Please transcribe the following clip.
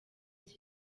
iki